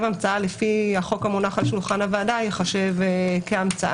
המצאה לפי החוק המונח על שולחן הוועדה ייחשב כהמצאה.